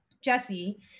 Jesse